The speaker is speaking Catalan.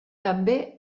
també